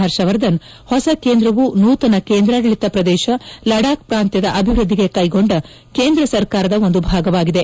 ಹರ್ಷವರ್ಧನ್ ಹೊಸ ಕೇಂದ್ರವು ನೂತನ ಕೇಂದ್ರಾಡಳಿತ ಪ್ರದೇಶ ಲಡಾಬ್ ಪ್ರಾಂತ್ಯದ ಅಭಿವೃದ್ಧಿಗೆ ಕೈಗೊಂಡ ಕೇಂದ್ರ ಸರ್ಕಾರದ ಒಂದು ಭಾಗವಾಗಿದೆ